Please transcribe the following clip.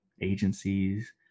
agencies